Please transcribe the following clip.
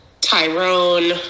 Tyrone